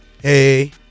Hey